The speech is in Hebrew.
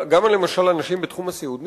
למשל אנשים בתחום הסיעוד,